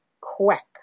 Quack